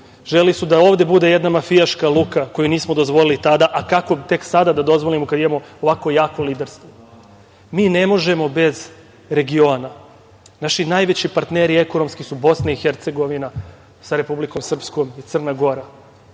Želeli su da ovde bude jedna mafijaška luka koju nismo dozvolili tada, a kako tek sada da dozvolimo, kada imamo ovako jako liderstvo? Mi ne možemo bez regiona. Naši najveći partneri ekonomski su BiH sa Republikom Srpskom i Crna Gora.